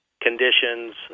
conditions